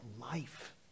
life